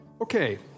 Okay